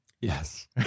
Yes